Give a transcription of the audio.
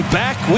back